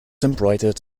embroidered